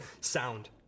Sound